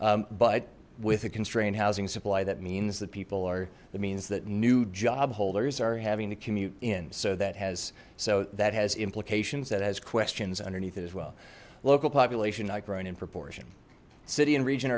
but with a constrained housing supply that means that people are that means that new job holders are having to commute in so that has so that has implications that has questions underneath it as well local population not grown in proportion city and region